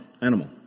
animal